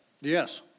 Yes